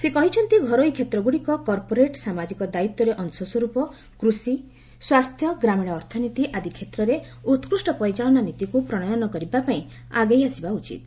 ସେ କହିଛନ୍ତି ଘରୋଇ କ୍ଷେତ୍ରଗୁଡ଼ିକ କର୍ପୋରେଟ୍ ସାମାଜିକ ଦାୟିତ୍ୱର ଅଂଶସ୍ୱରୂପ କୃଷି ସ୍ୱାସ୍ଥ୍ୟ ଗ୍ରାମୀଣ ଅର୍ଥନୀତି ଆଦି କ୍ଷେତ୍ରରେ ଉକୁଷ୍ଟ ପରିଚାଳନା ନୀତିକୁ ପ୍ରଶୟନ କରିବା ପାଇଁ ଆଗେଇ ଆସିବା ଉଚିତ୍